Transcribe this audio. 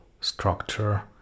structure